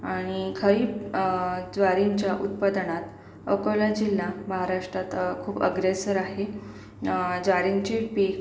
आणि खरीप ज्वारीच्या उत्पादनात अकोला जिल्हा महाराष्ट्रात खूप अग्रेसर आहे ज्वारीचे पीक